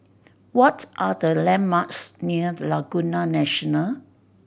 what are the landmarks near Laguna National